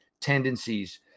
tendencies